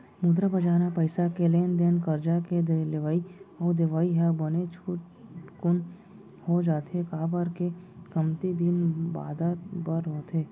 मुद्रा बजार म पइसा के लेन देन करजा के लेवई अउ देवई ह बने झटकून हो जाथे, काबर के कमती दिन बादर बर होथे